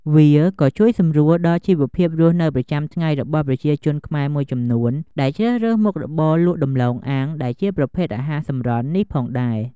វាក៏ជួយសម្រួលដល់ជីវភាពរស់នៅប្រចាំថ្ងៃរបស់ប្រជាជនខ្មែរមួយចំនួនដែលជ្រើសរើសមុខរបរលក់ដំឡូងអាំងដែលជាប្រភេទអាហារសម្រន់នេះផងដែរ។